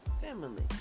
family